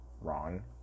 wrong